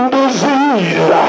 disease